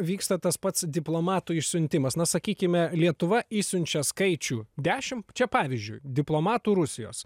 vyksta tas pats diplomatų išsiuntimas na sakykime lietuva išsiunčia skaičių dešim čia pavyzdžiui diplomatų rusijos